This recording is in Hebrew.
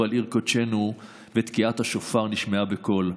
על עיר קודשנו ותקיעת השופר נשמעה בקול.